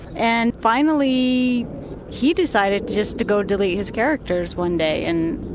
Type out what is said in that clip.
and finally he decided just to go delete his characters one day, and